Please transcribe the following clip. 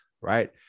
right